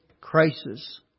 crisis